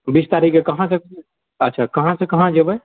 बीस तारीकके कहाँसँ अच्छा कहाँसँ कहाँ जेबए